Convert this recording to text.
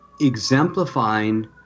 exemplifying